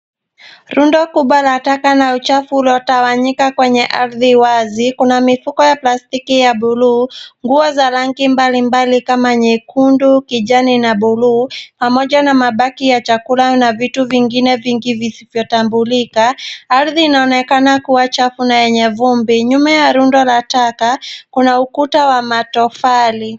Rundo kubwa la taka na uchafu uliotawanyika kwenye ardhi wazi. Kuna mifuko ya plastiki ya buluu, nguo za rangi mbalimbali kama nyekundu, kijani na buluu, pamoja na mabaki ya chakula na vitu vingine vingi visivyotambulika. Ardhi inaonekana kuwa chafu na yenye vumbi. Nyuma ya rundo la taka kuna ukuta wa matofali.